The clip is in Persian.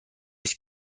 است